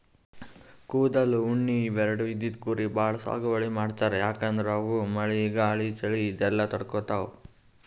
ಕೂದಲ್, ಉಣ್ಣಿ ಇವೆರಡು ಇದ್ದಿದ್ ಕುರಿ ಭಾಳ್ ಸಾಗುವಳಿ ಮಾಡ್ತರ್ ಯಾಕಂದ್ರ ಅವು ಮಳಿ ಗಾಳಿ ಚಳಿ ಇವೆಲ್ಲ ತಡ್ಕೊತಾವ್